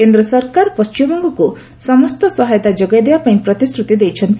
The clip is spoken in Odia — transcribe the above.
କେନ୍ଦ୍ର ସରକାର ପଶ୍ଚିମବଙ୍ଗକୁ ସମସ୍ତ ସହାୟତା ଯୋଗାଇଦେବା ପାଇଁ ପ୍ରତିଶ୍ରୁତି ଦେଇଛନ୍ତି